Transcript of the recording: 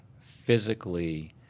physically